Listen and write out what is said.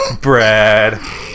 Brad